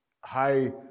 high